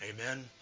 Amen